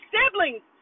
Siblings